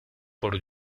por